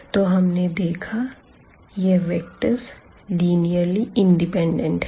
तो हमने देखा यह वेक्टर्स लिनीअर्ली इंडिपेंडेंट है